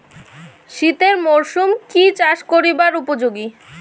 শীতের মরসুম কি চাষ করিবার উপযোগী?